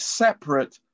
separate